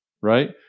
right